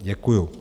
Děkuju.